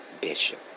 Bishop